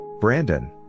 Brandon